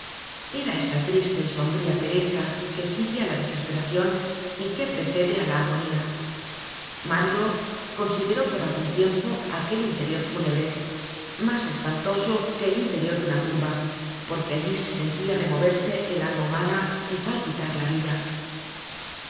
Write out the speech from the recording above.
era esa triste y sombría pereza que sigue á la desesperacion y que precede á la agonía mario consideró por algun tiempo aquel interior fúnebre mas espantoso que el interior de una tumba porque allí se sentia removerse el alma humana y palpitar la vida